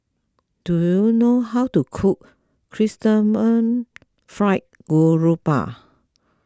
do you know how to cook Chrysanthemum Fried Garoupa